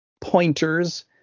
pointers